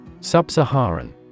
Sub-Saharan